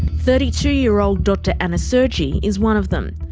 thirty two year old dr anna sergi is one of them.